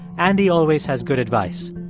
andy always has good advice.